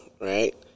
right